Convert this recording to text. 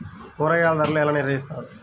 కూరగాయల ధరలు ఎలా నిర్ణయిస్తారు?